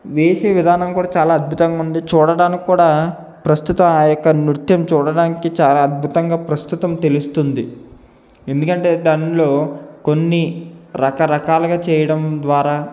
వేసే విధానం కూడా చాలా అద్భుతంగా ఉంది చూడడానికి కూడా ప్రస్తుతం ఆ యొక్క నృత్యం చూడడానికి చాలా అద్భుతంగా ప్రస్తుతం తెలుస్తుంది ఎందుకంటే దానిలో కొన్ని రకరకాలుగా చేయడం ద్వారా